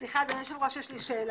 סליחה, אדוני היושב-ראש, יש לי שאלה.